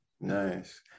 nice